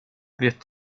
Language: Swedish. vet